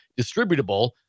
distributable